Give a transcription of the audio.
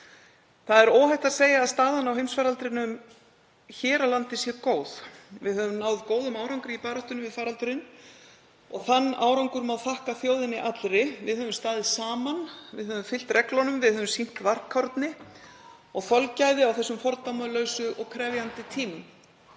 Það er óhætt að segja að staðan á heimsfaraldrinum hér á landi sé góð. Við höfum náð góðum árangri í baráttunni við faraldurinn og þann árangur má þakka þjóðinni allri. Við höfum staðið saman, við höfum fylgt reglunum, við höfum sýnt varkárni og þolgæði á þessum fordæmalausu og krefjandi tímum.